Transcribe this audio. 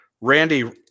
randy